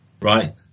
right